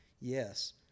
yes